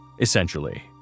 essentially